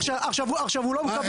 עכשיו, הוא לא מקבל.